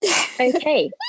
Okay